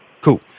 Cool